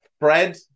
Fred